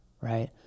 right